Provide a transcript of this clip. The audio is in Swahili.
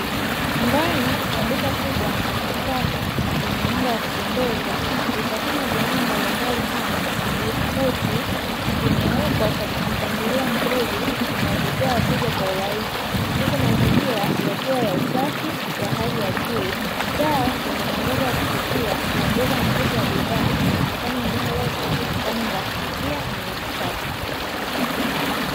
Ndani ya duka kubwa na la kisasa lenye mwanga wa kupendeza, vitafunwa vya aina mbalimbali kama biskuti vimewekwa katika mpangilio mzuri unaovutia wateja kwa urahisi; huku mazingira yakiwa ya usafi wa hali ya juu, taa zenye mwangaza wa kuvutia kuongeza mvuto wa bidhaa na kufanya eneo lote lionekane ni la kuvutia na la kisasa.